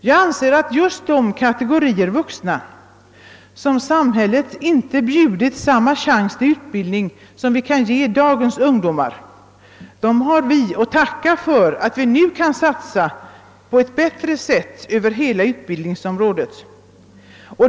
Jag anser att just de kategorier vuxna, som samhället inte har erbjudit samma chans till utbildning som ges dagens ungdomar, har vi att tacka för att vi nu kan satsa på ett bättre sätt över hela utbildningsområdet.